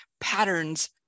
patterns